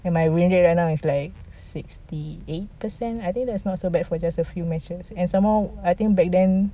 and my win rate right now is like sixty eight percent I think that's not so bad for just a few matches and some more I think back then